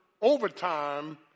overtime